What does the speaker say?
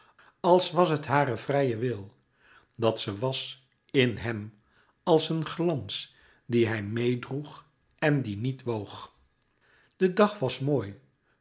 als was het hare vrije wil dat ze was in hèm als een glans dien hij meêdroeg en die niet woog de dag was mooi